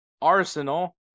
Arsenal